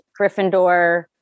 Gryffindor